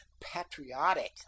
patriotic